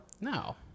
No